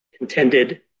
intended